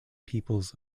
peoples